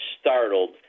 startled